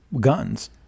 guns